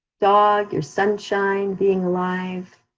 dog, your sunshine being alive.